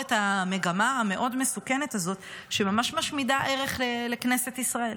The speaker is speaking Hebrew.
את המגמה המאוד-מסוכנת הזאת שממש משמידה ערך לכנסת ישראל.